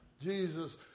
Jesus